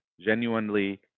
genuinely